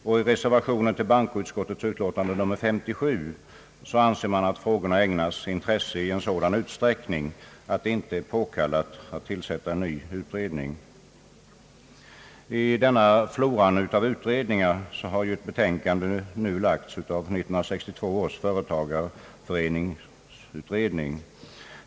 I reservationen till bankoutskottets utlåtande nr 57 anser man att frågorna ägnas intresse i sådan utsträckning, att det inte är påkallat att tillsätta en ny utredning. I floran av utredningar har ett betänkande nu lagts av 1962 års företagareföreningsutredning.